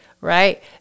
right